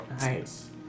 Nice